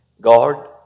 God